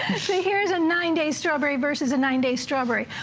here is a nine-day strawberry versus a nine-day strawberry.